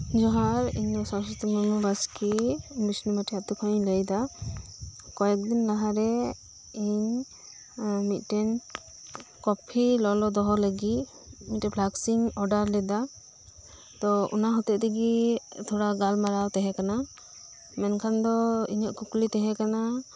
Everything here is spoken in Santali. ᱡᱚᱦᱟᱨ ᱤᱧᱫᱚ ᱥᱚᱨᱚᱥᱚᱛᱤ ᱢᱩᱨᱢᱩ ᱵᱟᱥᱠᱮ ᱵᱤᱥᱱᱩᱵᱟᱴᱤ ᱟᱛᱳ ᱠᱷᱚᱱ ᱤᱧ ᱞᱟᱹᱭ ᱮᱫᱟ ᱠᱚᱭᱮᱠ ᱫᱤᱱ ᱞᱟᱦᱟᱨᱮ ᱤᱧ ᱢᱤᱫᱴᱮᱱ ᱠᱚᱯᱷᱤ ᱞᱚᱞᱚ ᱫᱚᱦᱚ ᱞᱟᱜᱤᱫ ᱢᱤᱫᱴᱮᱱ ᱯᱷᱞᱟᱠᱥ ᱤᱧ ᱚᱰᱟᱨ ᱞᱮᱫᱟ ᱛᱚ ᱚᱱᱟ ᱦᱚᱛᱮ ᱛᱮᱜᱮ ᱛᱷᱚᱲᱟ ᱜᱟᱞᱢᱟᱨᱟᱣ ᱛᱟᱦᱮᱸ ᱠᱟᱱᱟ ᱢᱮᱱᱠᱷᱟᱱ ᱫᱚ ᱤᱧᱟᱹᱜ ᱠᱩᱠᱞᱤ ᱛᱟᱦᱮᱸ ᱠᱟᱱᱟ